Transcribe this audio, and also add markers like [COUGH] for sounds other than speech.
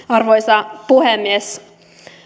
[UNINTELLIGIBLE] arvoisa puhemies